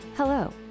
Hello